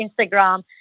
Instagram